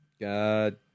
God